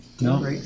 No